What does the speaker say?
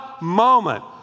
moment